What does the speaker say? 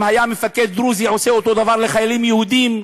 אם היה מפקד דרוזי עושה אותו דבר לחיילים יהודים,